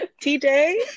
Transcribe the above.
TJ